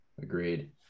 agreed